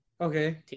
Okay